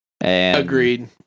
Agreed